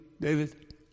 David